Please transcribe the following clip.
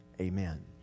amen